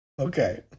okay